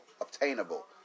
obtainable